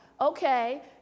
okay